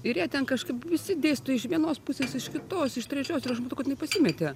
ir jie ten kažkaip visi dėsto iš vienos pusės iš kitos iš trečios ir aš matau kad jinai pasimetė